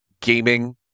gaming